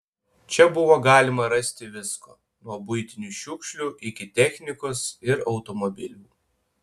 čia buvo galima rasti visko nuo buitinių šiukšlių iki technikos ir automobilių